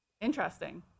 Interesting